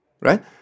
right